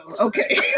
okay